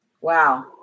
Wow